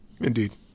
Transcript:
Indeed